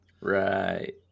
Right